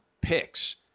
picks